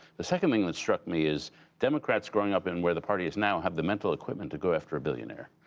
the second thing that struck me is democrats growing up in where the party is now have the mental equipment to go after a billionaire.